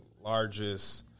largest